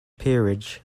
peerage